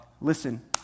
Listen